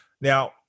Now